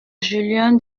julien